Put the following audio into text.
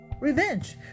revenge